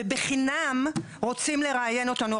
ובחינם רוצים לראיין אותנו.